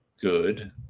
good